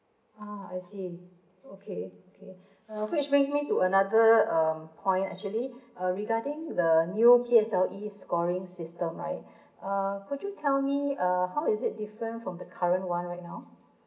uh I see okay okay uh which makes me to another point actually uh regarding the new P_S_L_E scoring system right uh could you tell me err how is it different from the current one right now